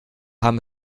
haben